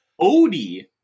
Odie